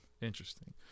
Interesting